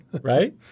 right